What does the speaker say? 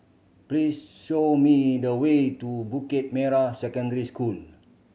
please show me the way to Bukit Merah Secondary School